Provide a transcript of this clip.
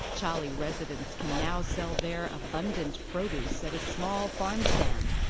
chali residents can now sell their abundant produce at a small farm stand.